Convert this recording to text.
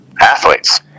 athletes